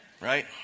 right